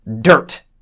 dirt